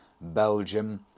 Belgium